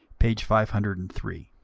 p. five hundred and three.